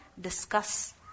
discuss